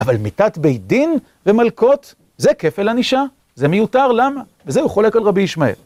אבל מיתת בית דין ומלקות, זה כפל ענישה, זה מיותר למה? וזה הוא חולק על רבי ישמעאל.